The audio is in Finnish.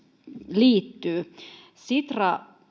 liittyy sitra